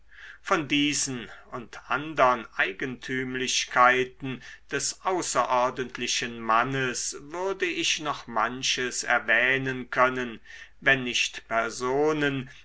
von diesen und andern eigentümlichkeiten des außerordentlichen mannes würde ich noch manches erwähnen können wenn nicht personen